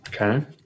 Okay